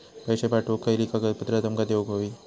पैशे पाठवुक खयली कागदपत्रा तुमका देऊक व्हयी?